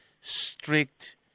strict